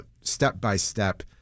step-by-step